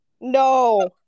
No